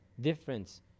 difference